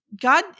God